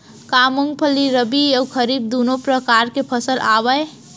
का मूंगफली रबि अऊ खरीफ दूनो परकार फसल आवय?